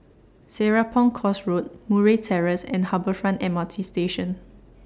Serapong Course Road Murray Terrace and Harbour Front M R T Station